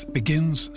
begins